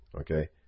Okay